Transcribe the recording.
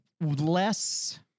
Less